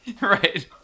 Right